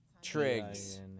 Triggs